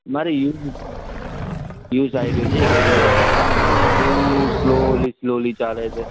મારે use use આવી રહ્યો છે એટલે એ એક્ચુલીમાં છે ને એ બહુ સ્લોલી સ્લોલી ચાલે છે